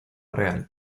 real